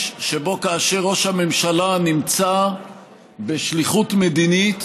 שבו כאשר ראש הממשלה נמצא בשליחות מדינית